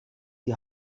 die